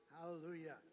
Hallelujah